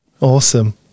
Awesome